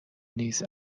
نیز